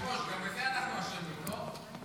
היושב-ראש, גם בזה אנחנו אשמים, לא?